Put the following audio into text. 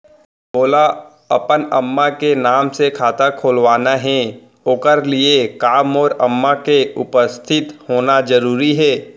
मोला अपन अम्मा के नाम से खाता खोलवाना हे ओखर लिए का मोर अम्मा के उपस्थित होना जरूरी हे?